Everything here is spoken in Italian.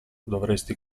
dovresti